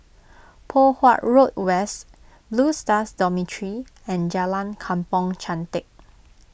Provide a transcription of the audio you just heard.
Poh Huat Road West Blue Stars Dormitory and Jalan Kampong Chantek